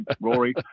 Rory